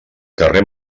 carrer